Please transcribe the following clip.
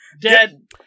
Dead